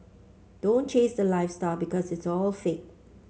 don't chase the lifestyle because it's all fake